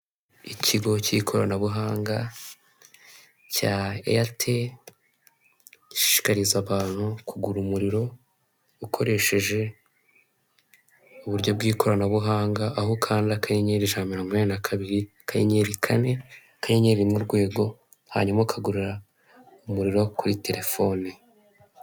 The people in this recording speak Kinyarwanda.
Ikigo k'ikoranabuhanga cya eyateri gishikariza abantu kugura umuriro ukoresheje uburyo bw'ikoranabuhanga, aho ukanda akanyenyeri ijana na mirongo inani na kabiri, akanyenyeri kane akanyenyeri urwego hanyuma ukagurira umuriro kuri telefone.